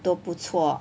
都不错